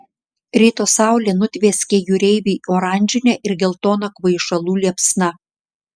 ryto saulė nutvieskė jūreivį oranžine ir geltona kvaišalų liepsna